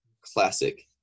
classic